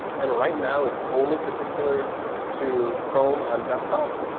and right now, it's only particular to chrome on desktop.